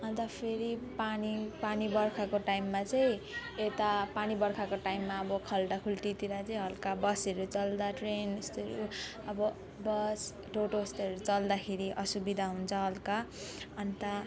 अन्त फेरि पानी पानी बर्खाको टाइममा चाहिँ यता पानी बर्खाको टाइममा अब खाल्डाखुल्टीहरूतिर चाहिँ हल्का बसहरू चल्दा ट्रेन यस्तो यो अब बस टोटोसहरू चल्दाखेरि असुविधा हुन्छ हल्का अन्त